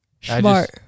Smart